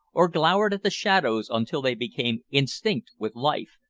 or glowered at the shadows until they became instinct with life,